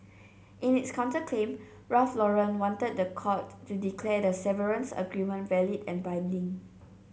in its counterclaim Ralph Lauren want the court to declare the severance agreement valid and binding